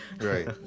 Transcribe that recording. right